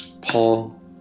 Paul